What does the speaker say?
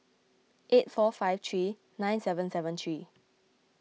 eight four five three nine seven seven three